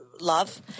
love